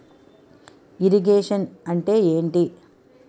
Irrigation అంటే ఏంటీ?